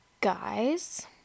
guys